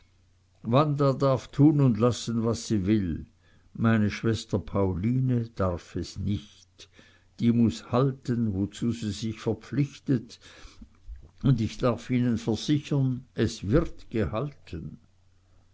wanda darf tun und lassen was sie will meine schwester pauline darf es nicht die muß halten wozu sie sich verpflichtet und ich darf ihnen versichern es wird gehalten